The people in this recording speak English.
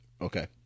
Okay